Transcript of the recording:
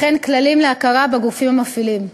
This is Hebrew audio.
וכן כללים להכרה בגופים המפעילים.